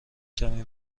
کمی